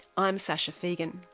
i'm sasha fegan.